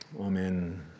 Amen